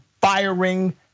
firing